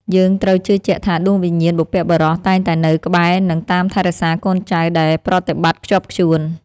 យើងត្រូវជឿជាក់ថាដួងវិញ្ញាណបុព្វបុរសតែងតែនៅក្បែរនិង តាមថែរក្សាកូនចៅដែលប្រតិបត្តិខ្ជាប់ខ្ជួន។